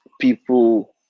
people